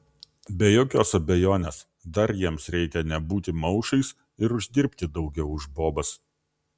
be jokios abejonės dar jiems reikia nebūti maušais ir uždirbti daugiau už bobas